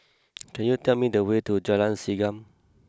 can you tell me the way to Jalan Segam